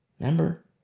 Remember